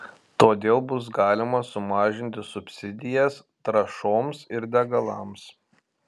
todėl bus galima sumažinti subsidijas trąšoms ir degalams